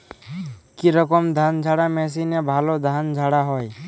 কি রকম ধানঝাড়া মেশিনে ভালো ধান ঝাড়া হয়?